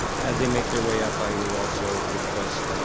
as they make their way up i will also request